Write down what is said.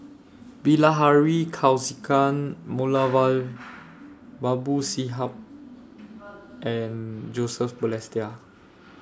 Bilahari Kausikan Moulavi Babu Sahib and Joseph Balestier